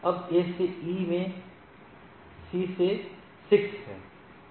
अब A से E में C से 6 है